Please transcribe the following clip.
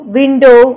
window